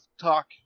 talk